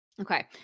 Okay